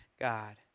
God